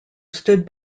stood